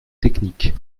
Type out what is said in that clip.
technique